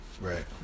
Right